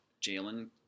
Jalen